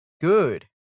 Good